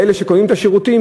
לאלה שקונים את השירותים,